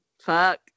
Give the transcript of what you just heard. fuck